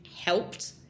helped